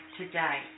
today